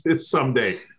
someday